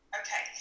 okay